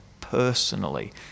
personally